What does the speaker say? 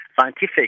scientific